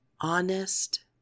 honest